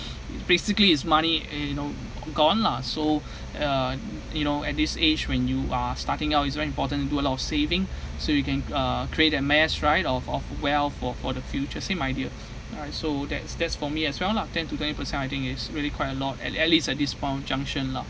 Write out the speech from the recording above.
it's basically is money and you know gone lah so uh you know at this age when you are starting out it's very important to do a lot saving so you can uh create a mass right of of wealth for for the future same idea all right so that's that's for me as well lah ten to twenty percent I think is really quite a lot at at least at this point of junction lah